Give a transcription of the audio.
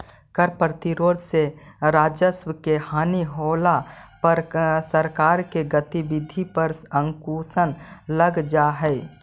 कर प्रतिरोध से राजस्व के हानि होला पर सरकार के गतिविधि पर अंकुश लग जा हई